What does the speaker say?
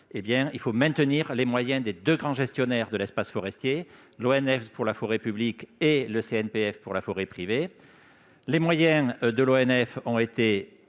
de maintenir les moyens des deux grands gestionnaires de l'espace forestier : l'ONF, pour la forêt publique, et le CNPF, pour la forêt privée. Les moyens de l'ONF ont été